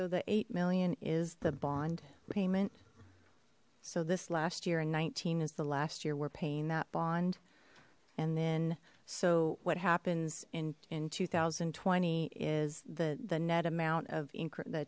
so the eight million is the bond payment so this last year in nineteen is the last year we're paying that bond and then so what happens in in two thousand and twenty is the the net amount of